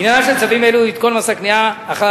עניינם של צווים אלה הוא עדכון מס הקנייה החל